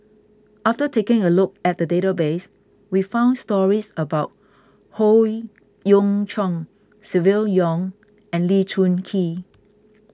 after taking a look at the database we found stories about Howe Yoon Chong Silvia Yong and Lee Choon Kee